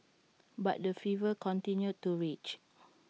but the fever continued to rage